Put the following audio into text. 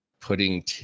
putting